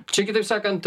čia kitaip sakant